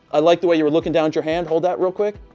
i like the way you're looking down to your hand. hold that real quick.